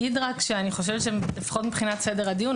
אומר שאני חושבת שלפחות מבחינת סדר הדיון,